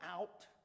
out